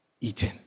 eaten